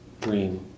dream